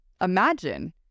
Imagine